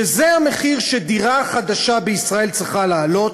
שזה המחיר שדירה חדשה בישראל צריכה לעלות,